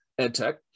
EdTech